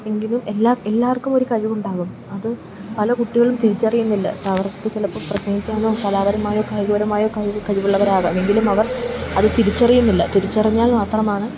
എങ്കിലും എല്ലാ എല്ലാവർക്കും ഒരു കഴിവുണ്ടാകും അത് പല കുട്ടികളും തിരിച്ചറിയുന്നില്ല അവർക്ക് ചിലപ്പം പ്രസംഗിക്കാനോ കലാപരമായോ കായികപരമായോ കഴിവ് കഴിവുള്ളവരാകാം എങ്കിലും അവർ അത് തിരിച്ചറിയുന്നില്ല തിരിച്ചറിഞ്ഞാൽ മാത്രമാണ്